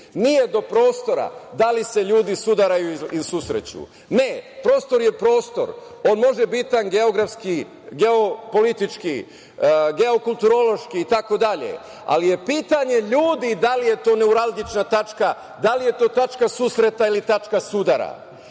Nije do prostora, da li se ljudi sudaraju ili susreću. Ne, prostor je prostor. On može biti geografski, geopolotički, geokulturološki itd, ali je pitanje ljudi da li je to neuralgična tačka, da li je to tačka susreta ili tačka sudara.